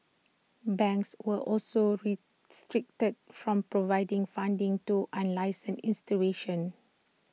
banks were also restricted from providing funding to unlicensed institutions